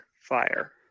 fire